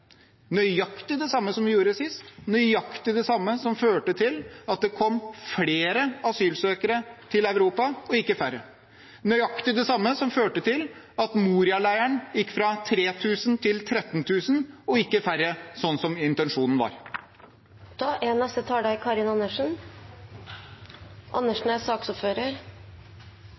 nøyaktig det samme som vi gjorde sist, nøyaktig det samme som førte til at det kom flere asylsøkere til Europa og ikke færre, nøyaktig det samme som førte til at Moria-leiren gikk fra 3 000 til 13 000 – og ikke færre, sånn som intensjonen var.